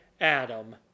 Adam